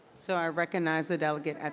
so i recognize the delegate